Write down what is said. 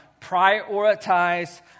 prioritize